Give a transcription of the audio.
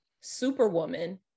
superwoman